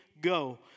go